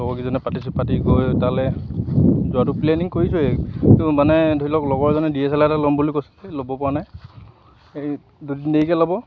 লগকেইজনে পাতিছে পাতি গৈ তালৈ যোৱাটো প্লেনিং কৰিছোঁৱেটো মানে ধৰি লওক লগৰ এজনে ডি এছ এল আৰ এটা ল'ম বুলি কৈছে ল'ব পৰা নাই এই দুদিন দেৰিকৈ ল'ব